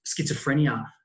schizophrenia